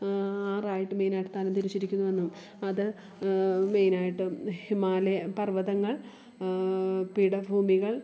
ആറായിട്ട് മെയിനായിട്ട് തരം തിരിച്ചിരിക്കുന്നു എന്നും അത് മെയിനായിട്ടും ഹിമാലയ പർവ്വതങ്ങൾ പീഠഭൂമികൾ